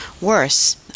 Worse